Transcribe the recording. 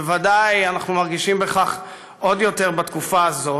בוודאי אנחנו מרגישים בכך עוד יותר בתקופה הזאת.